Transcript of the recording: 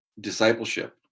discipleship